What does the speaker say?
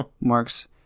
Mark's